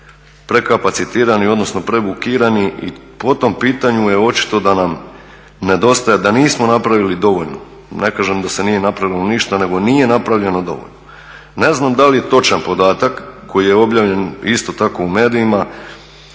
prekapacitirani odnosno prebukirani i po tom pitanju je očito da nam nedostaje da nismo napravili dovoljno, ne kažem da se nije napravilo ništa, nego nije napravljeno dovoljno. Ne znam da li je točan podatak koji je objavljen isto tako u medijima